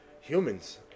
humans